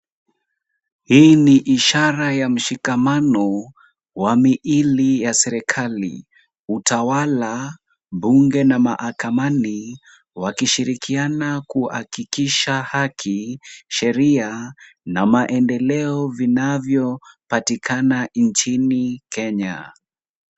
Hii ni ishara ya mshikamano ya miili ya serikali. Utawala, bunge na mahakamani, wakishirikiana kuhakikisha haki, sheria na maendelea vinavyopatikana nchini Kenya.